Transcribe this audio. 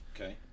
Okay